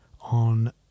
on